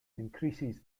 increases